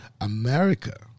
America